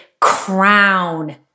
crown